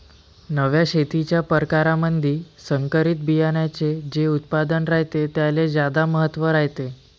नव्या शेतीच्या परकारामंधी संकरित बियान्याचे जे उत्पादन रायते त्याले ज्यादा महत्त्व रायते